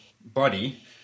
body